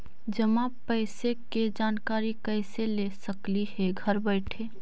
जमा पैसे के जानकारी कैसे ले सकली हे घर बैठे?